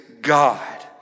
God